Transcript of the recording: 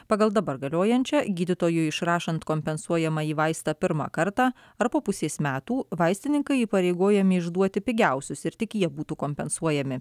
pagal dabar galiojančią gydytojui išrašant kompensuojamąjį vaistą pirmą kartą ar po pusės metų vaistininkai įpareigojami išduoti pigiausius ir tik jie būtų kompensuojami